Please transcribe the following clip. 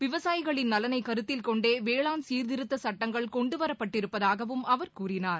விவசாயிகளின் நலனை கருத்தில் கொண்டே வேளாண் சீர்திருத்த சட்டங்கள் கொண்டு வரப்பட்டிருப்பதாகவும் அவர் கூறினார்